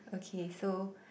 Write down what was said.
okay so